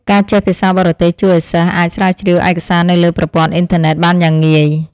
ការចេះភាសាបរទេសជួយឱ្យសិស្សអាចស្រាវជ្រាវឯកសារនៅលើប្រព័ន្ធអុីនធឺណិតបានយ៉ាងងាយ។